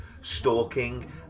stalking